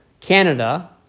Canada